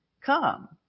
come